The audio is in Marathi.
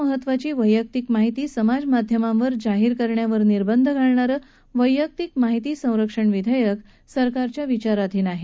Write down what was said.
नागरिकांची अत्यंत महत्वाची वैयक्तिक माहिती समाज माध्यमांवर जाहीर करण्यावर निर्बंध घालणारं वैयक्तिक माहिती संरक्षण विधेयक सरकारच्या विचारधीन आहे